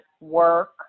work